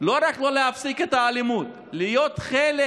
לא רק לא להפסיק את האלימות אלא להיות חלק